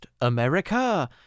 America